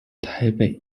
台北